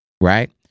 right